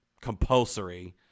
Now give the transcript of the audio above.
compulsory